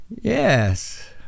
yes